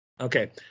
Okay